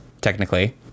technically